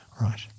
Right